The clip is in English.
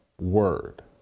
word